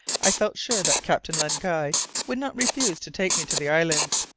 i felt sure that captain len guy would not refuse to take me to the islands.